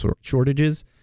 shortages